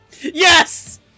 Yes